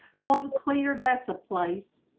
point cleared that's a place